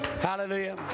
Hallelujah